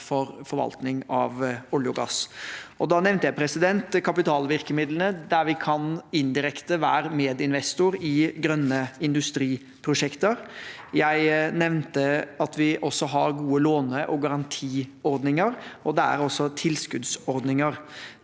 for forvaltning av olje og gass. Da nevnte jeg kapitalvirkemidlene, der vi indirekte kan være medinvestorer i grønne industriprosjekter. Jeg nevnte at vi også har gode låne- og garantiordninger, og det er også tilskuddsordninger.